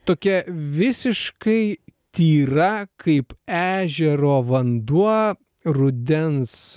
tokia visiškai tyra kaip ežero vanduo rudens